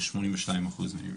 ב-82 אחוז מהם.